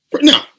No